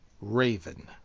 Raven